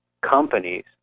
companies